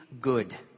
good